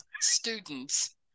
students